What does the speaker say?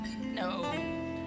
No